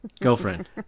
Girlfriend